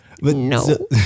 No